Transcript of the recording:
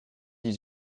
dix